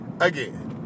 Again